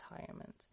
retirement